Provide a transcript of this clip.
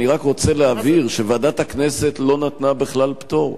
אני רק רוצה להבהיר שוועדת הכנסת לא נתנה בכלל פטור.